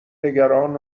نگران